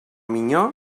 minyó